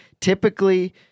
typically